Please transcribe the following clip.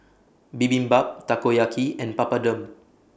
Bibimbap Takoyaki and Papadum